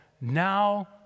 now